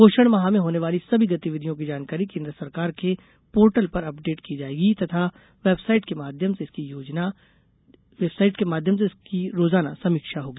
पोषण माह में होने वाली सभी गतिविधियों की जानकारी केन्द्र सरकार के पोर्टल पर अपडेट की जायेगी तथा वेबसाइट के माध्यम से इसकी रोजाना समीक्षा भी होगी